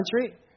country